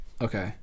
Okay